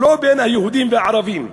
לא בין היהודים והערבים.